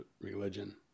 religion